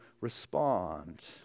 respond